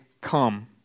come